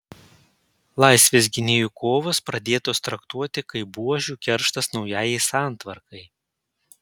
laisvės gynėjų kovos pradėtos traktuoti kaip buožių kerštas naujajai santvarkai